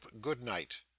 good-night